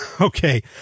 Okay